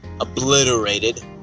obliterated